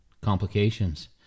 complications